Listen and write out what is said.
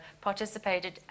participated